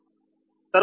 తరువాత మీP32